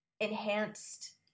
enhanced